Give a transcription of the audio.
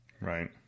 Right